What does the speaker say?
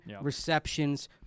receptions